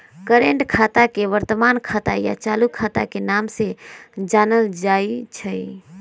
current खाता के वर्तमान खाता या चालू खाता के नाम से जानल जाई छई